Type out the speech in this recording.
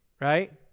right